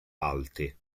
alte